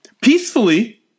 Peacefully